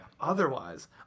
Otherwise